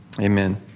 Amen